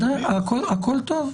מכובדיי, הכול טוב.